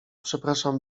przepraszam